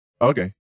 Okay